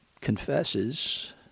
confesses